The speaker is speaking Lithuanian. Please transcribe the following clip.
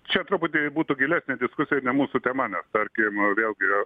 čia truputį būtų gilesnė diskusija ne mūsų tema nes tarkim vėlgi